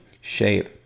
shape